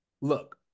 look